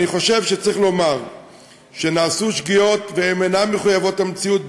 אני חושב שצריך לומר שנעשו שגיאות שאינן מחויבות המציאות,